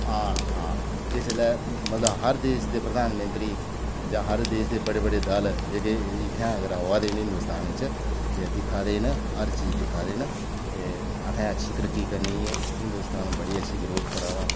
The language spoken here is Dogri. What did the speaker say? हां हां इसलै मतलब हर देश दे प्रधानमंत्री जां हर देश दे बड़े बड़े दल जेह्के ते इत्थें अगर आवै दे न हिंदोस्तान बिच्च ते दिक्खै दे न हर चीज़ दिक्खै दे न ते असें अच्छी तरक्की करनी ऐ हिंदोस्तान बड़ी अच्छी ग्रोथ करा दा